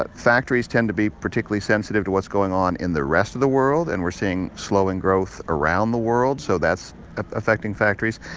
but factories tend to be particularly sensitive to what's going on in the rest of the world, and we're seeing slowing growth around the world, so that's affecting factories.